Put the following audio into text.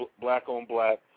black-on-black